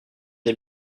des